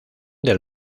del